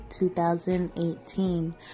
2018